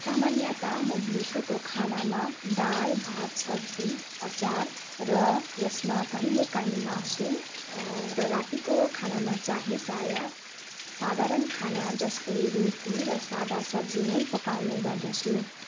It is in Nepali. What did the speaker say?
सामान्यता म दिउँसोको खानामा दाल भात सब्जी अचार र यसमा कहिले काहीँ मासु र रातिको खानामा चाहिँ प्रायः साधारण खाना जस्तै रोटी र सादा सब्जी नै पकाउने गर्दछु